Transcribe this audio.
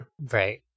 right